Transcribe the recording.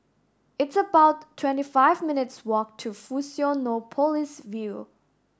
it's about twenty five minutes' walk to Fusionopolis View